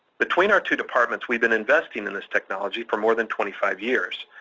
between our two departments, we've been investing in this technology for more than twenty five years,